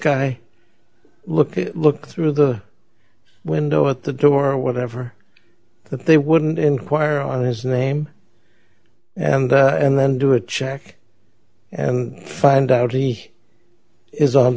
guy look a look through the window at the door or whatever that they wouldn't inquire on his name and and then do it check and find out he is on